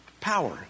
power